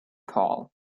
paul